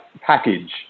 package